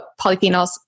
polyphenols